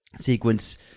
sequence